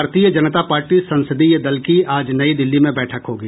भारतीय जनता पार्टी संसदीय दल की आज नई दिल्ली में बैठक होगी